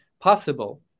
possible